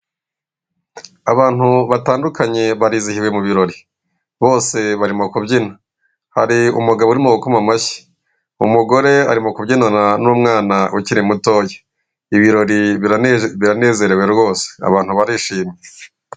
Abantu batandukanye barizihiwe mu birori. Bose barimo kubyina. Hari umugabo urimo gukoma amashyi. Umugore arimo kubyinana n'umwana ukiri mutoya. Ibirori biranezerewe rwose! Abantu barishimye.